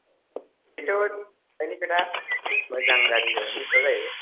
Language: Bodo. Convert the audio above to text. बेथ' नोंनि खोथा मोजां गाज्रिया नोंनि सायाव जाहैबाय